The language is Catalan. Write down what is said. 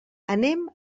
anem